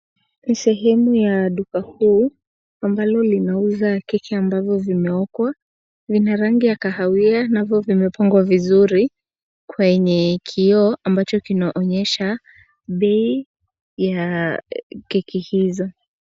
Ni sehemu ya duka kuu ambalo linauza keki ambazo zimeokwa. Zina rangi ya kahawia nazo zimepangwa vizuri kwenye kioo ambacho kinaonyesha bei ya keki hizo.